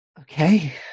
Okay